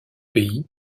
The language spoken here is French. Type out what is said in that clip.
pays